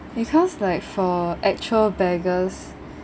because like for actual beggars